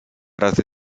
razy